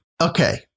Okay